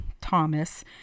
Thomas